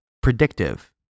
predictive